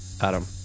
Adam